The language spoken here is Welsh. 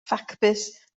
ffacbys